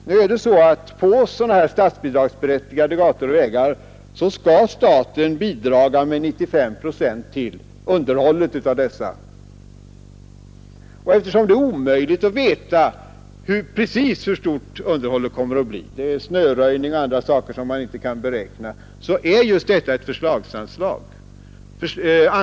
Det är så att staten skall bidra med 95 procent av kostnaderna för underhållet av statsbidragsberättigade gator och vägar. Eftersom det är omöjligt att veta precis hur stora underhållskostnaderna kan bli — det beror på snöröjning och andra saker som man inte kan beräkna i detalj — är detta just ett förslagsanslag och får därför överskridas.